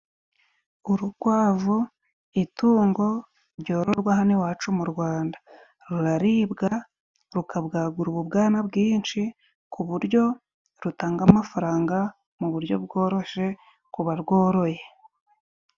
Urukwavu, itungo ryororwa hano iwacu mu Rwanda, ruraribwa, rukabwagura ububwana bwinshi, ku buryo rutanga amafaranga mu buryo bworoshye ku barwoye.